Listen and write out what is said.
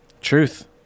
Truth